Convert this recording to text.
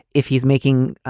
if he's making